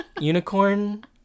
Unicorn